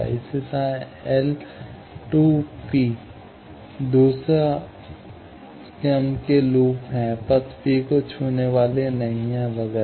इसी तरह L दूसरा पहले क्रम के लूप पथ पी को छूने वाला नहीं है वगैरह